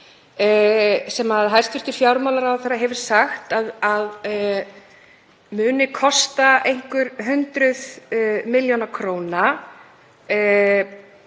sem hæstv. fjármálaráðherra hefur sagt að muni kosta einhver hundruð milljónir króna.